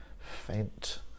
faint